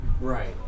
Right